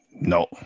No